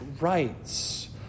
rights